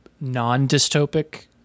non-dystopic